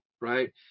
right